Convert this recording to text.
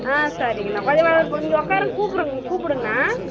ஆ சரிங்கண்ணா கொஞ்சம் நேரம் கொஞ்சம் உக்கார்றேன் கூப்பிடுங்க கூப்பிடுங்கண்ணா